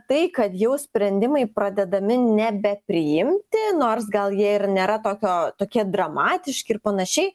tai kad jau sprendimai pradedami nebepriimti nors gal jie ir nėra tokio tokie dramatiški ir panašiai